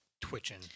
twitching